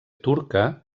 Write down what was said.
turca